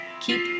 Keep